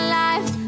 life